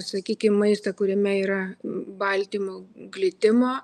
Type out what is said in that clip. sakykim maistą kuriame yra baltymo glitimo